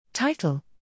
Title